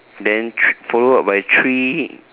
then thr~ follow up by three